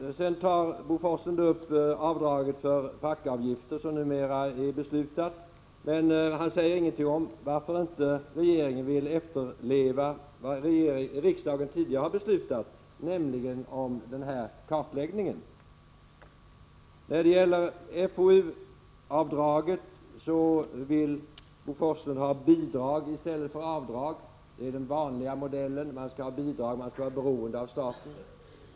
Sedan tar Bo Forslund upp avdraget för fackavgifter, som det nu finns ett beslut om. Men han säger ingenting om varför inte regeringen vill efterleva vad riksdagen tidigare har beslutat, nämligen om den nämnda kartläggningen. I stället för FoOU-avdraget vill Bo Forslund ha bidrag. Det är den vanliga modellen. Man skall ha bidrag, man skall vara beroende av staten.